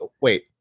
Wait